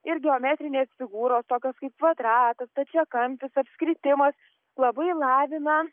ir geometrinės figūros tokios kaip kvadratas stačiakampis apskritimas labai lavina